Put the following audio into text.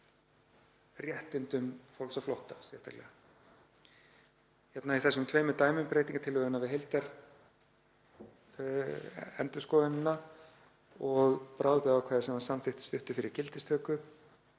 réttindum fólks á flótta, sérstaklega. Í þessum tveimur dæmum, þ.e. breytingartillögurnar við heildarendurskoðunina og bráðabirgðaákvæði sem var samþykkt stuttu fyrir gildistöku,